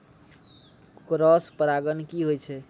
Cross परागण की होय छै?